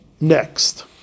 Next